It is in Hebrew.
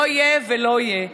לא יהיה ולא יהיה.